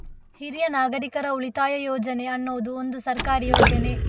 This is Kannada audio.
ಹಿರಿಯ ನಾಗರಿಕರ ಉಳಿತಾಯ ಯೋಜನೆ ಅನ್ನುದು ಒಂದು ಸರ್ಕಾರಿ ಯೋಜನೆ